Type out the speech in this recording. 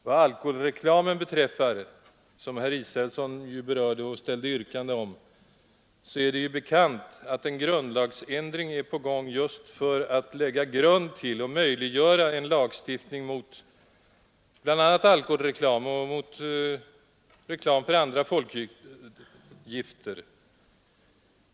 Vad alkoholreklamen beträffar — herr Israelsson berörde den och ställde ett yrkande om den — är det som bekant så, att en grundlagsändring är på gång för att möjliggöra en lagstiftning bl.a. mot alkoholreklam och reklam för andra folkgifter.